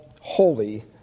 Holy